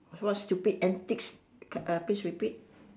what stupid antics please repeat